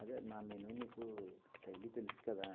అదే నా మెనూ నీకు డైలీ తెలుసు కదా